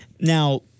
Now